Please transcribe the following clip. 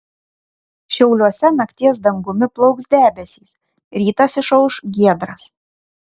šiauliuose nakties dangumi plauks debesys rytas išauš giedras